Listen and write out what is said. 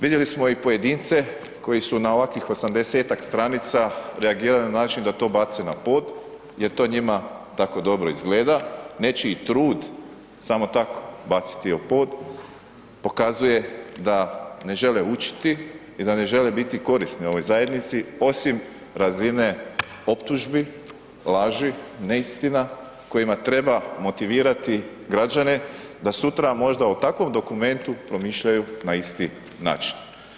Vidjeli smo i pojedince koji su na ovakvi 80-ak stranica reagirali na način da to bace na pod jer to njima tako dobro izgleda, nečiji trud samo tako baciti o pod, pokazuje da ne žele učiti i da ne žele biti korisni ovoj zajednici osim razine optužbi, laži, neistina kojima treba motivirati građane da sutra možda od takvom dokumentu promišljaju na isti način.